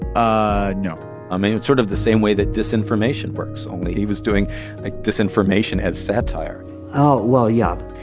ah no i mean, it's sort of the same way that disinformation works. only he was doing like disinformation as satire oh, well, yeah,